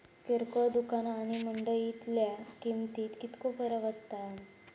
किरकोळ दुकाना आणि मंडळीतल्या किमतीत कितको फरक असता?